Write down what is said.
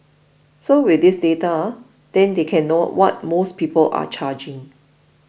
so with this data then they can know what most people are charging